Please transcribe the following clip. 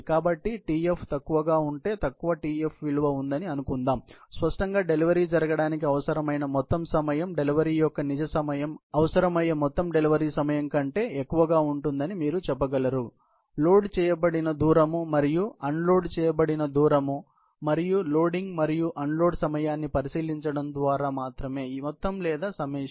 కాబట్టి Tf తక్కువగా ఉంటే తక్కువ Tf విలువ ఉందని అనుకుందాం స్పష్టంగా డెలివరీ జరగడానికి అవసరమైన మొత్తం సమయం డెలివరీ యొక్క నిజ సమయం అవసరమయ్యే మొత్తం డెలివరీ సమయం కంటే ఎక్కువగా ఉంటుందని మీరు చెప్పగలరు లోడ్ చేయబడిన దూరం మరియు అన్లోడ్ చేయబడిన దూరం మరియు లోడింగ్ మరియు అన్లోడ్ సమయాన్ని పరిశీలించడం ద్వారా మాత్రమే మొత్తం లేదా సమేషేన్